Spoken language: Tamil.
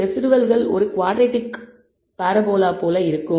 ரெஸிடுவல்கள் ஒரு குவாட்ரடிக் பரபோலா போல இருக்கும்